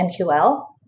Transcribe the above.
MQL